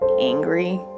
angry